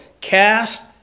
cast